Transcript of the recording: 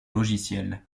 logiciels